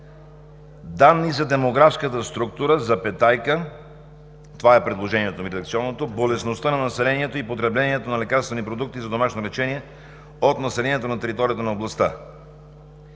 „Данни за демографската структура – запетайка – това е редакционното ми предложение – болестността на населението и потреблението на лекарствени продукти за домашно лечение от населението на територията на областта“.